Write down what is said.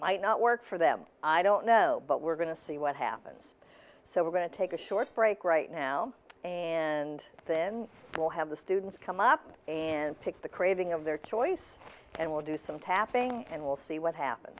might not work for them i don't know but we're going to see what happens so we're going to take a short break right now and then we'll have the students come up and pick the craving of their choice and we'll do some tapping and we'll see what happens